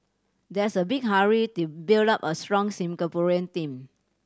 there's a big hurry to build up a strong Singaporean team